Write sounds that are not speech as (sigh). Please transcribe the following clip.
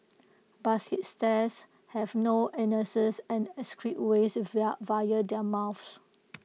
basket stares have no anuses and excrete waste (unintelligible) via their mouths